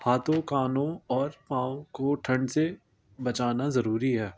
ہاتھوں کانوں اور پاؤں کو ٹھنڈ سے بچانا ضروری ہے